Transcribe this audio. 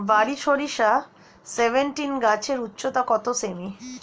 বারি সরিষা সেভেনটিন গাছের উচ্চতা কত সেমি?